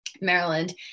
Maryland